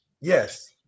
Yes